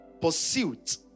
pursuit